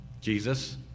Jesus